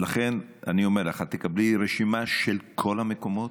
לכן אני אומר לך, את תקבלי רשימה של כל המקומות.